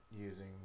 using